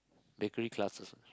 bakery classes